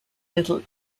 little